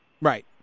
Right